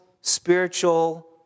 spiritual